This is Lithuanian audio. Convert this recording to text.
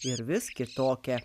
ir vis kitokia